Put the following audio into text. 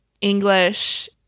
English